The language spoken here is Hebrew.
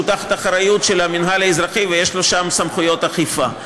שהוא תחת האחריות של המינהל האזרחי ויש לו שם סמכויות אכיפה.